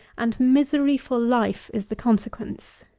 and misery for life is the consequence.